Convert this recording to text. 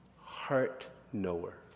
heart-knower